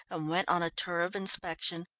and went on a tour of inspection.